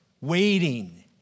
waiting